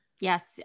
Yes